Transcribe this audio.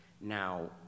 Now